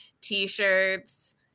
t-shirts